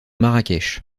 marrakech